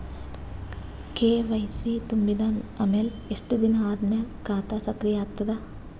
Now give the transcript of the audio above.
KYC ತುಂಬಿದ ಅಮೆಲ ಎಷ್ಟ ದಿನ ಆದ ಮೇಲ ಖಾತಾ ಸಕ್ರಿಯ ಅಗತದ?